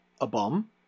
a-bomb